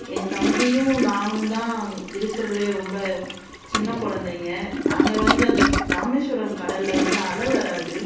என் தம்பியும் நானும் தான் இருக்கிறதுலே ரொம்ப சின்னக் கொழந்தைங்க நாங்கள் வந்து அந்த ராமேஷ்வரம் கடலில் வந்து அலை வராது